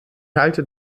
halte